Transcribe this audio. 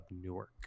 Newark